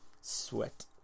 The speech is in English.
Sweat